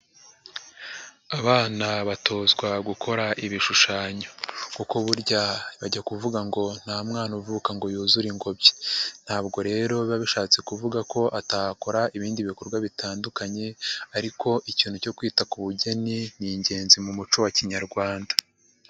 Abana batozwa gukora ibishushanyo kuko burya bajya kuvuga ngo nta mwana uvuka ngo yuzure ingobyi. Ntabwo rero biba bishatse kuvuga ko atakora ibindi bikorwa bitandukanye ariko ikintu cyo kwita ku bugeni ni ingenzi mu muco wa kinyarwanda.